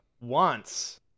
wants